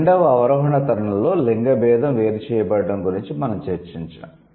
రెండవ అవరోహణ తరంలో లింగ భేదం వేరు చేయబడడం గురించి మనం చర్చించాము